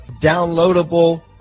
downloadable